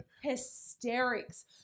hysterics